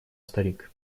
старик